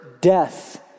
death